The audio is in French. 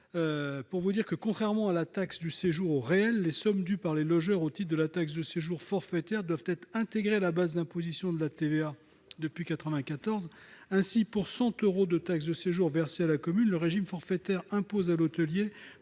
de séjour. Contrairement à la taxe de séjour « au réel », les sommes dues par les logeurs au titre de la taxe de séjour forfaitaire doivent être intégrées à la base d'imposition à la TVA depuis 1994. Ainsi, pour 100 euros de taxe de séjour versés à la commune, le régime forfaitaire impose à l'hôtelier